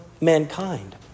mankind